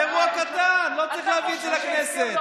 אירוע קטן, לא צריך להביא את זה לכנסת.